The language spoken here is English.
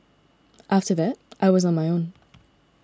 after that I was on my own